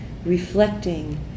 reflecting